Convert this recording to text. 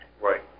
Right